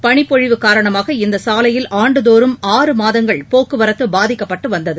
பனிப்பொழிவு காரணமாக இந்த சாலையில் ஆண்டுதோறும் ஆறு மாதங்கள் போக்குவரத்து பாதிக்கப்பட்டு வந்தது